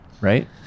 right